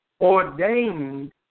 ordained